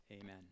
amen